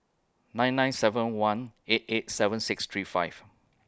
nine nine seven one eight eight seven six three five